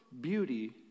beauty